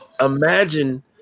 imagine